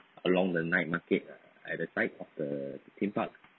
along the night market at the side of the theme park